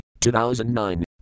2009